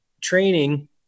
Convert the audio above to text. training